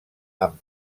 amb